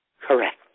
Correct